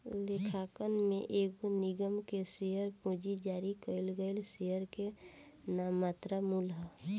लेखांकन में एगो निगम के शेयर पूंजी जारी कईल गईल शेयर के नाममात्र मूल्य ह